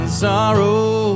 sorrow